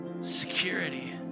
security